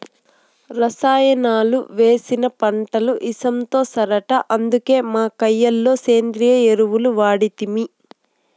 రసాయనాలు వేసిన పంటలు ఇసంతో సరట అందుకే మా కయ్య లో సేంద్రియ ఎరువులు వాడితిమి